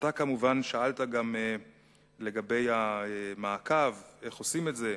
2 3. אתה שאלת לגבי המעקב, איך עושים את זה.